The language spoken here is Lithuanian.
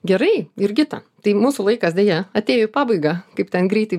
gerai jurgita tai mūsų laikas deja atėjo į pabaigą kaip ten greitai